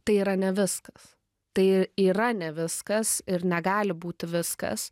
tai yra ne viskas tai yra ne viskas ir negali būti viskas